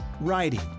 writing